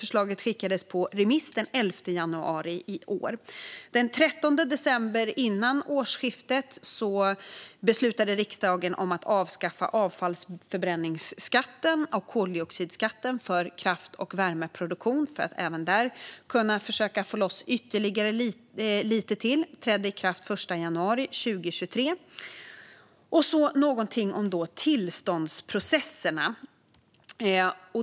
Förslaget skickades på remiss den 11 januari i år. Den 13 december, före årsskiftet, beslutade riksdagen att avskaffa avfallsförbränningsskatten och koldioxidskatten för kraft och värmeproduktion för att försöka få loss lite till även där. Detta trädde i kraft den 1 januari 2023. Jag ska säga något om tillståndsprocesserna.